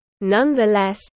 Nonetheless